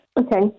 Okay